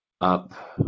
Up